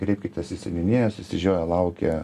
kreipkitės į seniūnijas išsižioję laukia